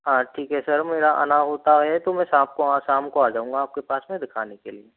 हाँ ठीक है सर मेरा आना होता है तो मैं शाम को हाँ साम को आ जाऊँगा आप के पास में दिखाने के लिए